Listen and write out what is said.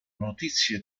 notizie